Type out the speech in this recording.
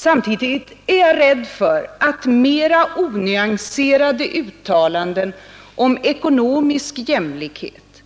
Samtidigt är jag rädd för att mera onyanserade uttalanden om ekonomisk jämlikhet